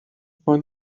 find